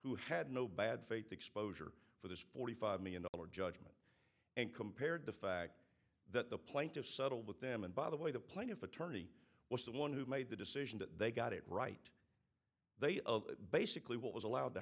who had no bad faith exposure for this forty five million dollar judgment and compared the fact that the plaintiffs settled with them and by the way the plaintiff attorney was the one who made the decision that they got it right they of basically what was allowed to